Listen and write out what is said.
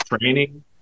training